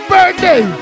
Birthday